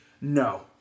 no